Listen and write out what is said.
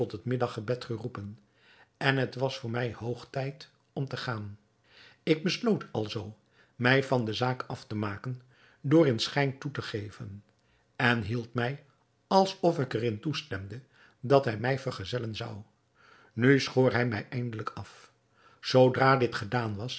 het middaggebed geroepen en het was voor mij hoog tijd om te gaan ik besloot alzoo mij van de zaak af te maken door in schijn toe te geven en hield mij alsof ik er in toestemde dat hij mij vergezellen zou nu schoor hij mij eindelijk af zoodra dit gedaan was